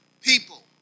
People